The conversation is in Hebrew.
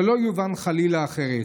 שלא יובן, חלילה, אחרת: